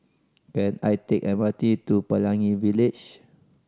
can I take M R T to Pelangi Village